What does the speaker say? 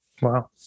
Wow